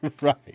Right